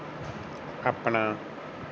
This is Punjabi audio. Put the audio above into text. ਆਪਣਾ